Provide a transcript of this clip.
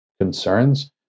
concerns